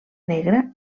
negra